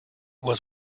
was